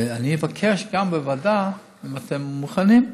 אני אבקש בוועדה, אם אתם מוכנים,